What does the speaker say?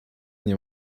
nie